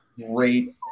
great